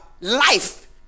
life